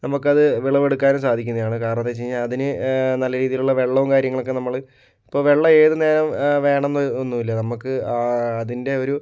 നമുക്കത് വിളവെടുക്കാനും സാധിക്കുന്നതാണ് കാരണമെന്തെന്ന് വച്ചു കഴിഞ്ഞാൽ അതിന് നല്ല രീതിയിലുള്ള വെള്ളവും കാര്യങ്ങളൊക്കെ നമ്മൾ ഇപ്പോൾ വെള്ളം ഏതു നേരവും വേണം എന്നു ഒന്നുമില്ല നമ്മൾക്ക് അതിൻ്റെ ഒരു